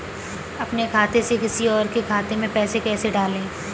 अपने खाते से किसी और के खाते में पैसे कैसे डालें?